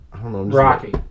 Rocky